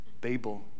Babel